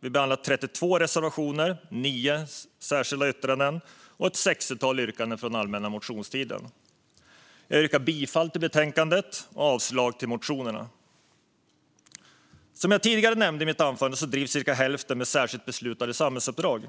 Vi behandlar 32 reservationer, 9 särskilda yttranden och ett sextiotal yrkanden från den allmänna motionstiden. Jag yrkar bifall till utskottets förslag och avslag på motionerna. Som jag tidigare nämnde drivs cirka hälften av bolagen med särskilt beslutade samhällsuppdrag